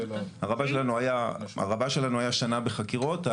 הרב"ש שלנו היה שנה בחקירות.